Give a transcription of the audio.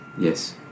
Yes